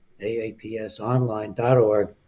aapsonline.org